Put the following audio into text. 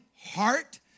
heart